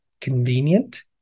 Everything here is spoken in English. convenient